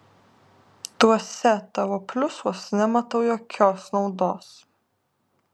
tuose tavo pliusuos nematau jokios naudos